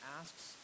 asks